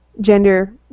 gender